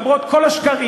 למרות כל השקרים,